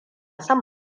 son